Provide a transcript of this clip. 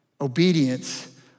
Obedience